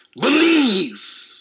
believe